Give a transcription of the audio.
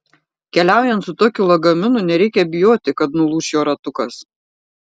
keliaujant su tokiu lagaminu nereikia bijoti kad nulūš jo ratukas